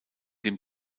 dem